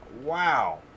Wow